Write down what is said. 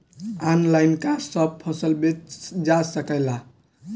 Online का सब फसल बेचल जा सकेला?